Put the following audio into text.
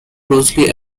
closely